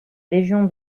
légion